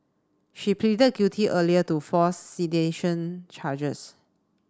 she pleaded guilty earlier to four sedation charges